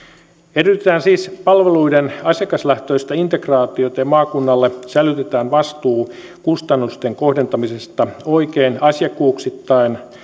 edellytetään siis palveluiden asiakaslähtöistä integraatiota ja maakunnalle sälytetään vastuu kustannusten kohdentamisesta oikein asiakkuuksittain